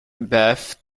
bath